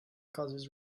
causes